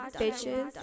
bitches